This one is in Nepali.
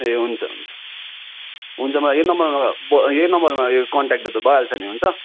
ए हुन्छ हुन्छ हुन्छ मलाई यही नम्बरमा यही नम्बरमा यो कन्ट्याक्ट गर्दा भइहाल्छ नि हुन्छ